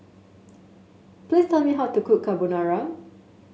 please tell me how to cook Carbonara